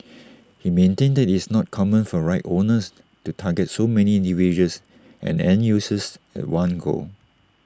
he maintained IT is not common for rights owners to target so many individuals and end users one go